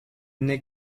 n’est